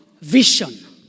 vision